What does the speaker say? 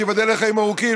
שייבדל לחיים ארוכים,